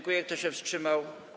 Kto się wstrzymał?